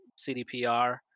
cdpr